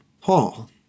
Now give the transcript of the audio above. Paul